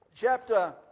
chapter